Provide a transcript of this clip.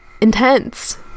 intense